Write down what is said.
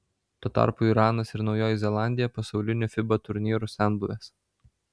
tuo tarpu iranas ir naujoji zelandija pasaulinių fiba turnyrų senbuvės